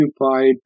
occupied